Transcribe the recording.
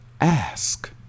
ask